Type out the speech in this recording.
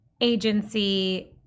agency